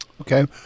Okay